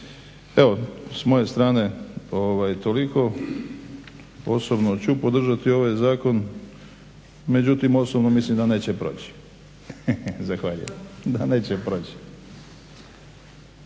Evo s moje strane toliko. Osobno ću podržati ovaj zakon, međutim osobno mislim da neće proći. Zahvaljujem. **Stazić,